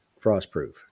Frostproof